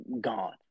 gone